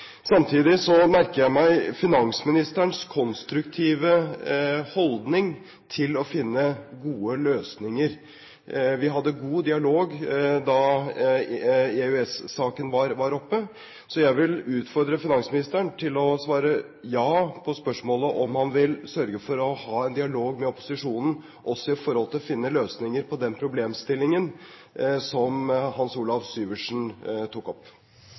Samtidig merker jeg meg finansministerens konstruktive holdning til å finne gode løsninger. Vi hadde en god dialog da EØS-saken var oppe. Jeg vil utfordre finansministeren til å svare ja på spørsmålet om han vil sørge for å ha dialog med opposisjonen også for å finne løsninger på den problemstillingen som Hans Olav Syversen tok opp.